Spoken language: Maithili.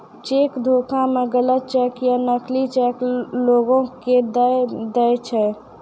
चेक धोखा मे गलत चेक या नकली चेक लोगो के दय दै छै